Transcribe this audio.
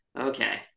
Okay